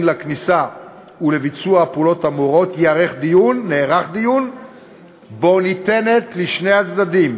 לכניסה ולביצוע הפעולות האמורות נערך דיון שבו ניתנת לשני הצדדים